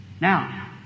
Now